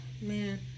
man